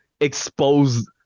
exposed